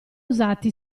usati